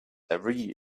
every